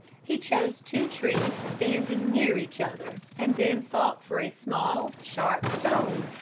he chose two trees standing near each other and then sought for a small sharp stone,